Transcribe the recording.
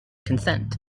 consent